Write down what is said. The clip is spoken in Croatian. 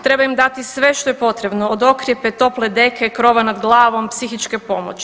Treba im dati sve što je potrebno, od okrijepe, tople deke, krova nad glavom, psihičke pomoći.